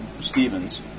Stevens